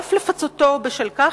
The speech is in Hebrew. ואף לפצותו בשל כך,